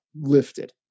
lifted